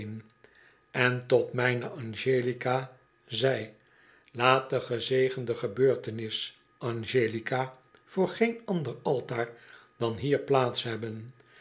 en tot mijne angelica zei laat de gezegende gebeurtenis angelica voor geen ander altaar dan hier plaats hebben